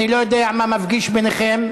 אני לא יודע מה מפגיש ביניכם,